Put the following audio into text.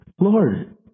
Lord